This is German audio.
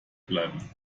bleiben